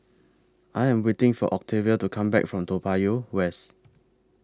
I Am waiting For Octavia to Come Back from Toa Payoh West